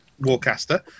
Warcaster